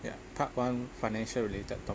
ya part one financial related topic